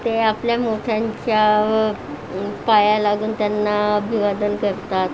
ते आपल्या मोठ्यांच्या पाया लागून त्यांना अभिवादन करतात